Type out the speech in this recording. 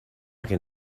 can